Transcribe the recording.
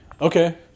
Okay